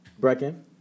Brecken